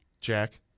Jack